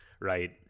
right